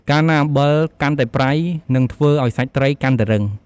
កាលណាអំបិលកាន់តែប្រៃ នឹងធ្វើឱ្យសាច់ត្រីកាន់តែរឹង។